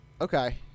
Okay